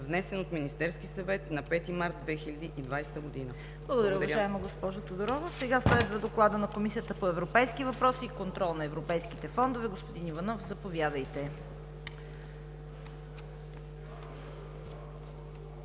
внесен от Министерския съвет на 5 март 2020 г.“ Благодаря.